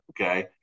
okay